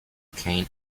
cane